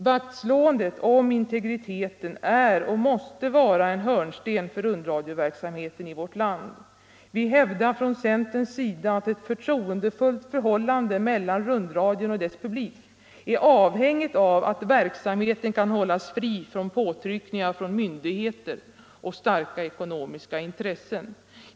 Vaktslåendet om integriteten är och måste vara en hörnsten för rundradioverksamheten i vårt land. Vi hävdar från centerns sida att ett förtroendefullt förhållande mellan rundradion och dess publik är avhängigt av att verksamheten kan hållas fri från påtryckningar från myndigheter och starka ekonomiska intressen.